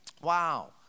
Wow